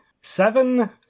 seven